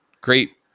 great